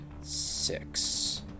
Six